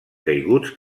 caiguts